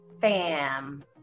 fam